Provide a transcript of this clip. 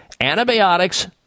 Antibiotics